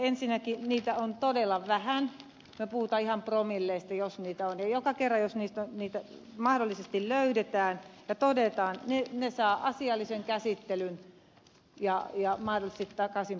ensinnäkin niitä on todella vähän me puhumme ihan promilleista jos niitä on ja joka kerta jos niitä mahdollisesti löydetään ja todetaan ne saavat asiallisen käsittelyn ja menevät mahdollisesti takaisinperintään